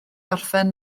orffen